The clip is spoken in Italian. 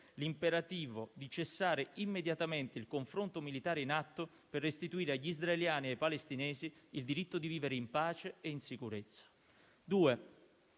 l'imperativo di cessare immediatamente il confronto militare in atto, per restituire agli israeliani e ai palestinesi il diritto di vivere in pace e in sicurezza.